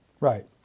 Right